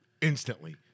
Instantly